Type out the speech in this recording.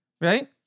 Right